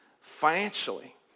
financially